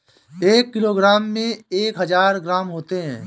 एक किलोग्राम में एक हजार ग्राम होते हैं